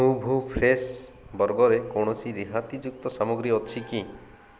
ହୂଭୁ fresh ବର୍ଗରେ କୌଣସି ରିହାତିଯୁକ୍ତ ସାମଗ୍ରୀ ଅଛି କି